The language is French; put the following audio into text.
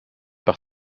par